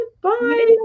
Bye